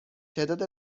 تعداد